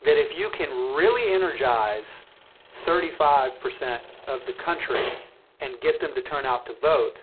that if you can really energize thirty five percent of the country and get them to turn out to vote,